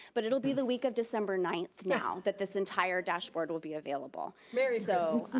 but it'll be the week of december ninth now, that this entire dashboard will be available. merry so